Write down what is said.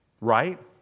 right